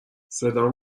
صدام